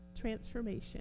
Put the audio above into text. Transformation